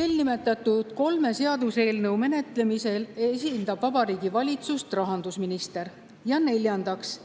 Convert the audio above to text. Eelnimetatud kolme seaduseelnõu menetlemisel esindab Vabariigi Valitsust rahandusminister. Neljandaks,